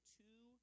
two